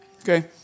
okay